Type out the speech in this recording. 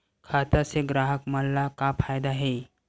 खाता से ग्राहक मन ला का फ़ायदा हे?